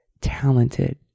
talented